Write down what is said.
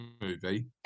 movie